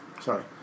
Sorry